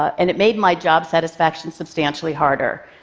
and it made my job satisfaction substantially harder.